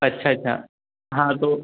अच्छा अच्छा हाँ तो